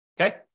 okay